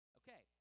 okay